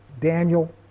Daniel